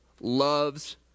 loves